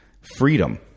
freedom